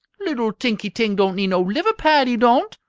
little tinky-ting don't need no liver-pad, he don't,